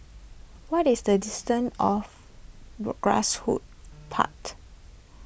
what is the distance of grass hoot part